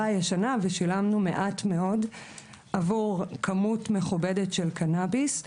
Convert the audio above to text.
הישנה ושילמנו מעט מאוד עבור כמות מכובדת של קנאביס,